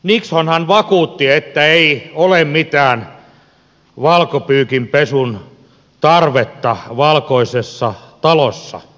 nixonhan vakuutti että ei ole mitään valkopyykin pesun tarvetta valkoisessa talossa